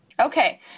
Okay